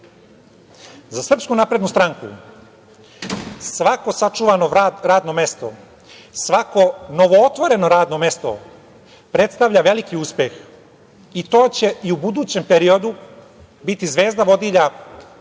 Srpsku naprednu stranku, svako sačuvano radno mesto, svako novootvoreno radno mesto, predstavlja veliki uspeh i to će i u budućem periodu biti zvezda vodilja naše